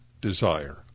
desire